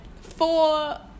four